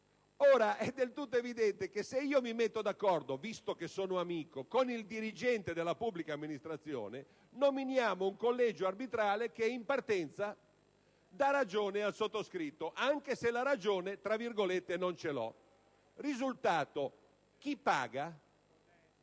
Ora, è del tutto evidente che se mi metto d'accordo, visto che sono amico, con il dirigente della pubblica amministrazione possiamo far nominare un collegio arbitrale che in partenza dà ragione al sottoscritto, anche se la "ragione" non la ho. Risultato: chi paga?